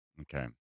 Okay